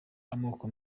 amoko